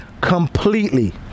completely